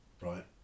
right